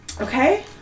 Okay